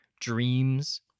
dreams